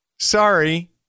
Sorry